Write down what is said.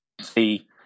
see